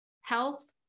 Health